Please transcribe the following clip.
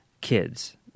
kids